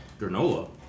Granola